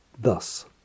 thus